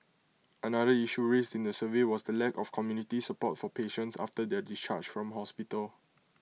another issue raised in the survey was the lack of community support for patients after their discharge from hospital